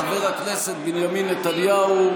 חבר הכנסת בנימין נתניהו,